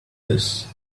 this